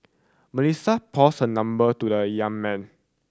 Melissa passed her number to the young man